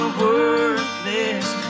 worthless